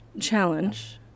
challenge